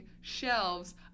shelves